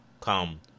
come